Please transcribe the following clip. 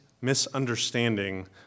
misunderstanding